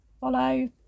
follow